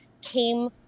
came